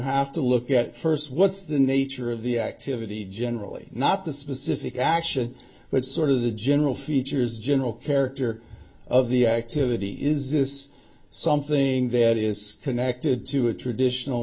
have to look at first what's the nature of the activity generally not the specific action but sort of the general features general character of the activity is this something that is connected to a traditional